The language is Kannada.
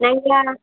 ನಂಗೆ